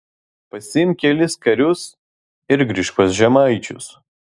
pasiimk kelis karius ir grįžk pas žemaičius